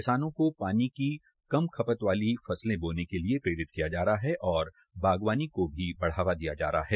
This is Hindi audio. किसानों को पानी की कम खपत वाली फसलें बोने के लिए प्रेरित किया जा रहा है और बागवानी को भी बढावा दिया जा रहा है